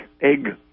egg